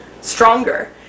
stronger